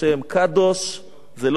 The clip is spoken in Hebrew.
קדוש זה לא in,